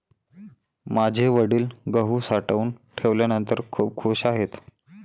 माझे वडील गहू साठवून ठेवल्यानंतर खूप खूश आहेत